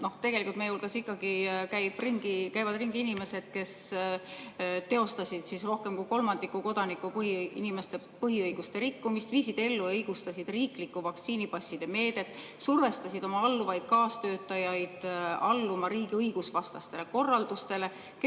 Ja tegelikult meie hulgas ikkagi käivad ringi inimesed, kes teostasid rohkem kui kolmandiku inimeste põhiõiguste rikkumist, viisid ellu ja õigustasid riiklikku vaktsiinipasside meedet, survestasid oma alluvaid, kaastöötajaid alluma riigi õigusvastastele korraldustele,